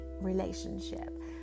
relationship